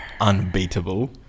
unbeatable